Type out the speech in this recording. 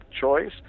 choice